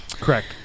Correct